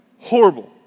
horrible